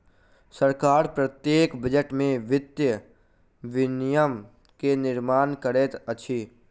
सरकार प्रत्येक बजट में वित्तीय विनियम के निर्माण करैत अछि